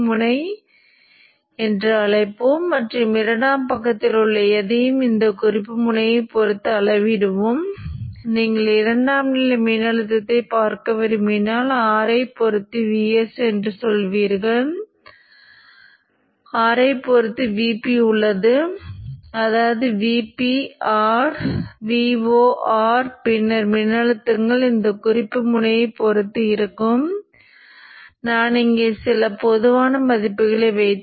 தூண்டல் மின்னோட்டம் இயக்கம் மிகவும் ஒத்ததாக இருக்கிறது அதை நாம் பின்னர் மீண்டும் பார்க்கலாம் முதன்மை மின்னோட்டம் சுவிட்ச் வழியாக பாயும் மற்றும் ஸ்விட்ச் ஆஃப் ஆக இருக்கும் போது மின்னோட்டத்தின் பகுதி ஃப்ரீவீலிங் ஆக இருக்கும்